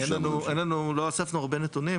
לא אספנו הרבה נתונים,